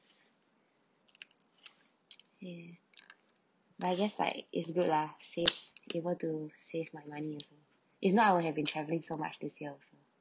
ya but I guess like is good lah save able to save my money also if not I would have been traveling so much this year